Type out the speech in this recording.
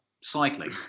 Cycling